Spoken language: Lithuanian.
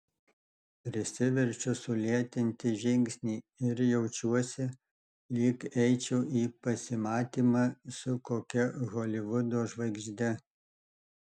prisiverčiu sulėtinti žingsnį ir jaučiuosi lyg eičiau į pasimatymą su kokia holivudo žvaigžde